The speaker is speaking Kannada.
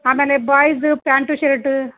ಆಮೇಲೆ ಬಾಯ್ಸ್ ಪ್ಯಾಂಟು ಶರ್ಟ್